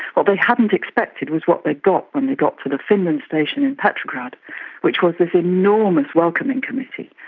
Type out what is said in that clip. what they hadn't expected was what they got when they got to the finland station in petrograd which was this enormous welcoming committee,